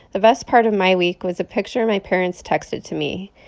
the best part of my week was a picture my parents texted to me.